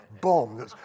bomb